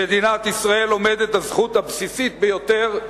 למדינת ישראל עומדת הזכות הבסיסית ביותר,